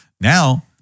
Now